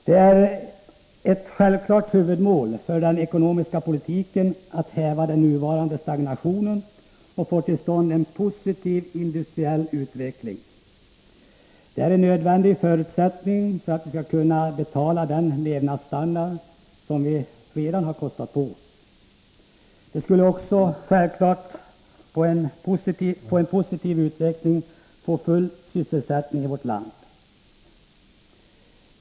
Det är ett självklart huvudmål för den ekonomiska politiken att häva den nuvarande stagnationen och få till stånd en positiv industriell utveckling. Detta är en nödvändig förutsättning för att vi skall kunna betala den levnadsstandard som vi redan har byggt upp, och det skulle självfallet också innebära en positiv utveckling för strävandena att skapa full sysselsättning i vårt land.